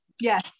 Yes